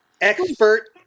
expert